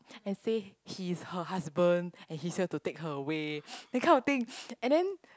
and say he is her husband and he's here to take her away that kind of thing and then